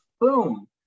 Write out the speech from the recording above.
boom